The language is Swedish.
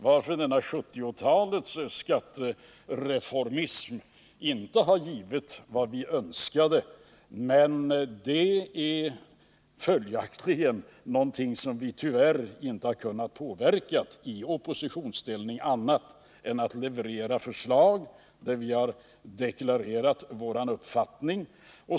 1970-talets skattereformism har inte givit vad vi önskade, men i oppositionsställning har vi tyvärr inte kunnat påverka den på annat sätt än genom att leverera förslag i vilka vi har deklarerat vår uppfattning.